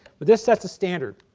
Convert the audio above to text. but this sets a standard